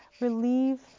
Relieve